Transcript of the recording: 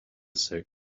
suit